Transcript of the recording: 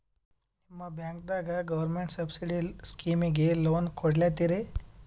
ನಿಮ ಬ್ಯಾಂಕದಾಗ government subsidy ಸ್ಕೀಮಿಗಿ ಲೊನ ಕೊಡ್ಲತ್ತೀರಿ?